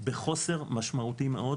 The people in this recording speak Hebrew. בחוסר משמעותי מאוד